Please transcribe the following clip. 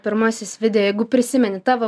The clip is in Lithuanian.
pirmasis video jeigu prisimeni tavo